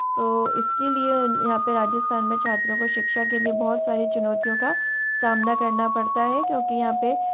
तो इस के लिए यहा पर राजस्थान में छात्रों को शिक्षा के लिए बहुत सारी चुनौतियों का सामना करना पड़ता है क्योंकि यहाँ पर